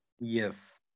Yes